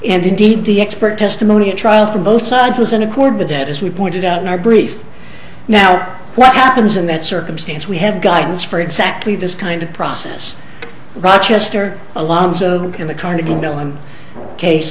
and indeed the expert testimony at trial from both sides was in accord with that as we pointed out in our brief now what happens in that circumstance we have guidance for exactly this kind of process rochester alarms and in the carnegie mellon case